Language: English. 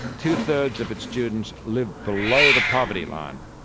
two-thirds of its students live below the poverty line.